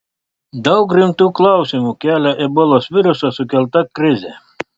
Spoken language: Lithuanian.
daug rimtų klausimų kelia ebolos viruso sukelta krizė